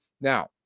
Now